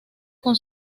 con